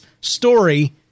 story